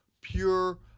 pure